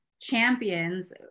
champions